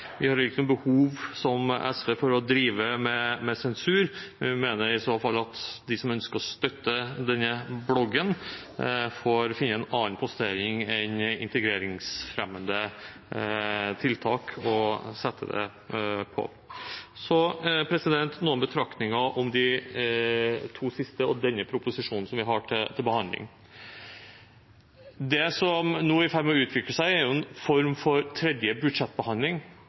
Vi har ikke noe behov, som SV, for å drive med sensur, men vi mener at de som ønsker å støtte denne bloggen, får finne en annen postering enn integreringsfremmende tiltak å sette det på. Noen betraktninger om de to siste og denne proposisjonen som vi har til behandling: Det som nå er i ferd med å utvikle seg, er en form for tredje budsjettbehandling.